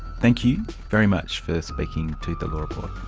thank you very much for speaking to the law report.